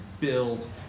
build